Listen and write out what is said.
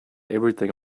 everything